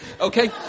okay